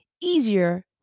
easier